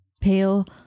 Pale